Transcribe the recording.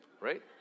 right